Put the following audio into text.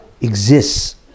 exists